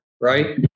right